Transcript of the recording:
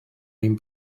ein